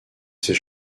ses